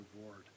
reward